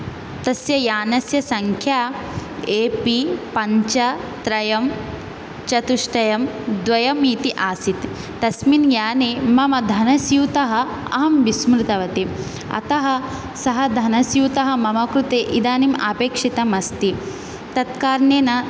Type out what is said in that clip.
तस्य यानस्य सङ्ख्या ए पी पञ्च त्रयं चतुष्टयं द्वयम् इति आसीत् तस्मिन् याने मम धनस्यूतः अहं विस्मृतवती अतः सः धनस्यूतः मम कृते इदानीम् अपेक्षितम् अस्ति तत्कारणेन